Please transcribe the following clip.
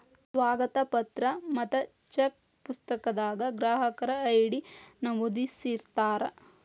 ಸ್ವಾಗತ ಪತ್ರ ಮತ್ತ ಚೆಕ್ ಪುಸ್ತಕದಾಗ ಗ್ರಾಹಕರ ಐ.ಡಿ ನಮೂದಿಸಿರ್ತಾರ